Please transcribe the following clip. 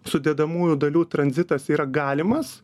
sudedamųjų dalių tranzitas yra galimas